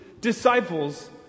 disciples